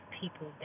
people